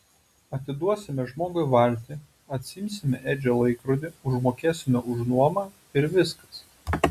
atiduosime žmogui valtį atsiimsime edžio laikrodį užmokėsime už nuomą ir viskas